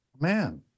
man